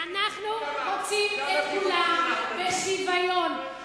אנחנו רוצים את כולם, בשוויון.